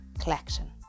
collection